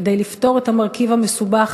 כדי לפתור את המרכיב המסובך,